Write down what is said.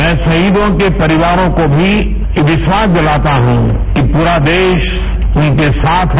मैं राहीदो के परिवारो को भीयह विश्वास दिलासा हूँ कि पूरा देश उनके साथ है